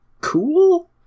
cool